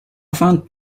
find